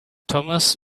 thomas